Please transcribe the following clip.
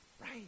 right